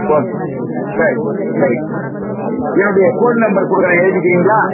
okay சரிங்க right என்னுடைய phone number கொடுக்குறேன் எழுதிக்கிறீங்களா